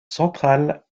centrale